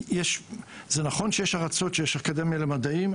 זה נכון שיש ארצות שיש אקדמיה למדעים,